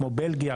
כמו בלגיה,